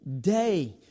day